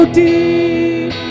deep